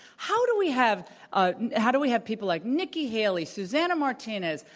how do we have a how do we have people like nikki haley, susana martinez,